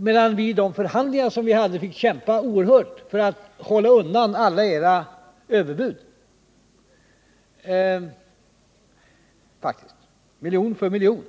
medan vi vid de förhandlingar vi hade fick kämpa oerhört för att stå emot alla era överbud — miljon för miljon.